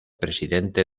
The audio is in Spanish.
presidente